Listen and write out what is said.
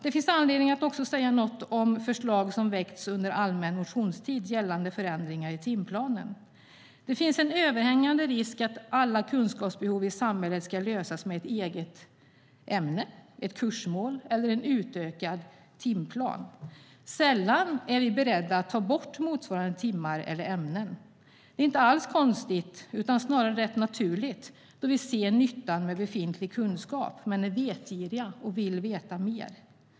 Det finns anledning att också säga något om förslag som väckts under allmänna motionstiden gällande förändringar i timplanen. Det finns en överhängande risk att alla kunskapsbehov i samhället ska lösas med ett eget ämne, ett kursmål eller en utökad timplan. Sällan är vi beredda att ta bort motsvarande timmar eller ämnen. Det är inte alls konstigt utan snarare rätt naturligt då vi ser nyttan med befintlig kunskap, är vetgiriga och vill veta mer.